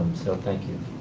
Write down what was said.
so thank you.